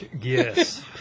Yes